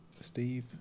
Steve